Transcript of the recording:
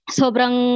sobrang